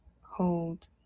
hold